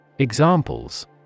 Examples